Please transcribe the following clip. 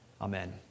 Amen